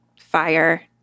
fire